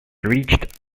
reached